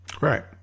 Right